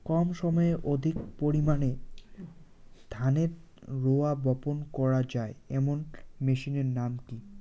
কম সময়ে অধিক পরিমাণে ধানের রোয়া বপন করা য়ায় এমন মেশিনের নাম কি?